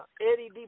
Eddie